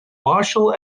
marshall